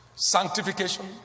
Sanctification